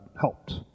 helped